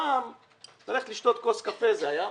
פעם ללכת לשתות כוס קפה, זה היה מותרות.